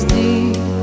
deep